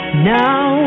Now